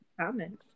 comments